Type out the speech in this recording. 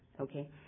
Okay